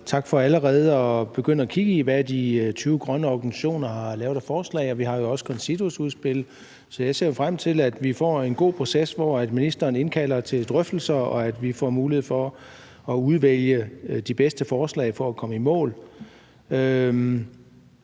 tak for allerede at begynde at kigge på, hvad de 20 grønne organisationer har lavet af forslag, og vi har jo også et CONCITO-udspil. Så jeg ser frem til, at vi får en god proces, hvor ministeren indkalder til drøftelser og vi får mulighed for at udvælge de bedste forslag til at komme i mål.